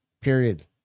Period